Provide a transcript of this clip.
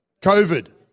COVID